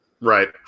Right